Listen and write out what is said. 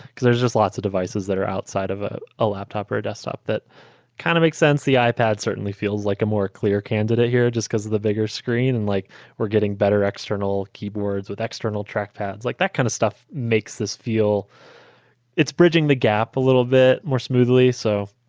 because there's just lots of devices that are outside of a a laptop or a desktop that kind of makes sense. the ipad certainly feels like a more clear candidate here just because of the bigger screen and like we're getting better external keyboards with external track pads. like that kind of stuff makes this feel it's bridging the gap a little bit more smoothly. so